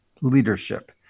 leadership